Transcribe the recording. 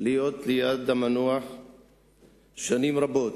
להיות ליד המנוח שנים רבות.